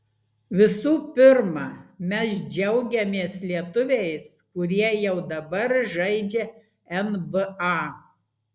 visų pirma mes džiaugiamės lietuviais kurie jau dabar žaidžia nba